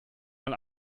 mal